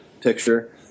picture